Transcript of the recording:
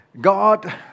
God